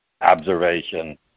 observation